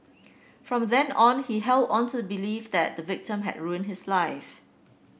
from then on he held on to the belief that the victim had ruined his life